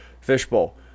Fishbowl